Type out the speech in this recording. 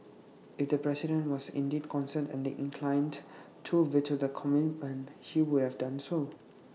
if the president was indeed concerned and inclined to veto the commitment he would have done so